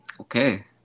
Okay